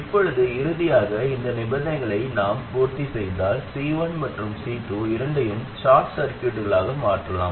இப்போது இறுதியாக இந்த நிபந்தனைகளை நாம் பூர்த்தி செய்தால் C1 மற்றும் C2 இரண்டையும் ஷார்ட் சர்கியூட்களாக மாற்றலாம்